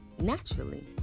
naturally